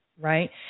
right